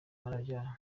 mpanabyaha